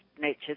nature